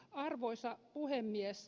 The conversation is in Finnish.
arvoisa puhemies